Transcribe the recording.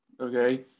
okay